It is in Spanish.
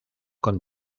con